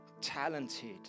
talented